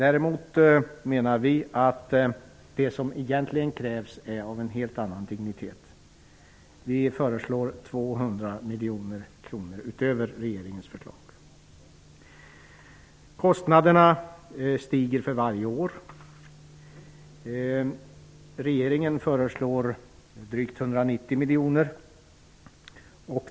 Vi menar däremot att det som krävs är av en helt annan dignitet. Vi i Vänsterpartiet föreslår 200 miljoner kronor utöver regeringens förslag. Kostnaderna stiger för varje år. Regeringen föreslår drygt 190 miljoner.